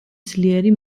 ძლიერი